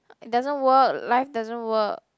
it doesn't work life doesn't work